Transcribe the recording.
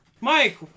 Mike